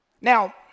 Now